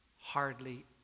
Hardly